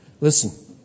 Listen